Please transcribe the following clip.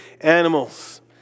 animals